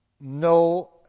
no